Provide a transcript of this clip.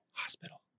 Hospital